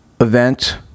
event